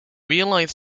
realised